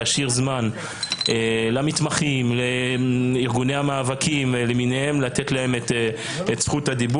להשאיר זמן למתמחים ולארגוני המאבקים למיניהם כדי שיוכלו לדבר.